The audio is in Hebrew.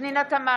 פנינה תמנו,